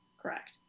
correct